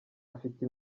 afite